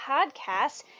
Podcast